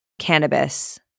Cannabis